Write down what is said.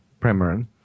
Premarin